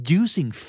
using